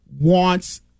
wants